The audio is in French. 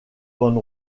bande